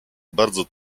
bardzo